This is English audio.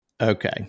Okay